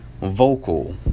vocal